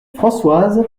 françoise